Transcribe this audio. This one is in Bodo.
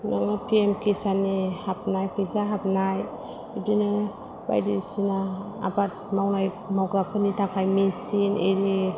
फि एम किसाननि हाबनाय फैसा हाबनाय बिदिनो बायदिसिना आबाद मावनाय मावग्राफोरनि थाखाय मिसिन एरि